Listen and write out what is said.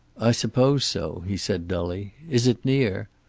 i suppose so, he said, dully. is it near?